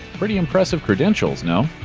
pretty impressive credentials, no?